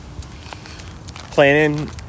Planning